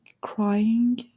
crying